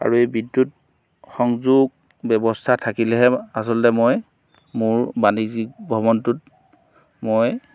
আৰু এই বিদ্যুত সংযোগ ব্যৱস্থা থাকিলেহে আচলতে মই মোৰ বাণিজ্যিক ভৱনটোত মই